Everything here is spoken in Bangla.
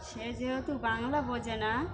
সে যেহেতু বাংলা বোঝে না